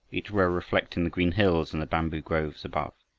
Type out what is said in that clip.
each row reflecting the green hills and the bamboo groves above.